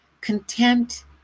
content